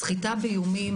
סחיטה באיומים,